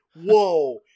Whoa